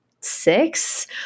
six